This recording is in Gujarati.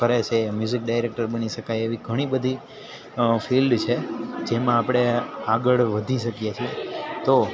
કરે છે મ્યુઝિક ડાયરેક્ટર બની શકાય એવી ઘણી બધી અ ફિલ્ડ છે જેમાં આપણે આગળ વધી શકીએ છીએ તો